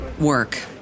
work